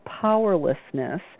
powerlessness